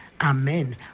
amen